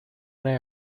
una